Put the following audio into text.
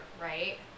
right